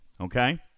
Okay